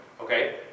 okay